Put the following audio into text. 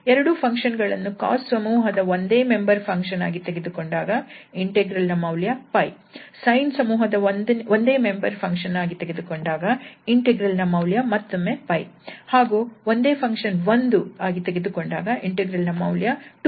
ಎರಡೂ ಫಂಕ್ಷನ್ ಗಳನ್ನು cos ಸಮೂಹದ ಒಂದೇ ಮೆಂಬರ್ ಫಂಕ್ಷನ್ ಆಗಿ ತೆಗೆದುಕೊಂಡಾಗ ಇಂಟೆಗ್ರಲ್ ನ ಮೌಲ್ಯ 𝜋 sine ಸಮೂಹದ ಒಂದೇ ಮೆಂಬರ್ ಫಂಕ್ಷನ್ ಆಗಿ ತೆಗೆದುಕೊಂಡಾಗ ಇಂಟೆಗ್ರಲ್ ನ ಮೌಲ್ಯ ಮತ್ತೊಮ್ಮೆ 𝜋 ಹಾಗೂ ಒಂದೇ ಫಂಕ್ಷನ್ 1 ಆಗಿ ತೆಗೆದುಕೊಂಡಾಗ ಇಂಟೆಗ್ರಲ್ ನ ಮೌಲ್ಯ 2𝜋